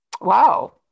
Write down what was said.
Wow